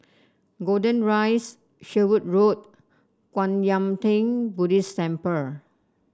Golden Rise Sherwood Road Kwan Yam Theng Buddhist Temple